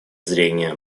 зрения